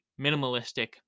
minimalistic